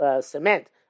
cement